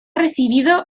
recibido